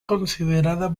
considerada